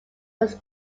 was